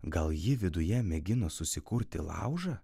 gal ji viduje mėgino susikurti laužą